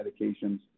medications